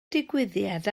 digwyddiad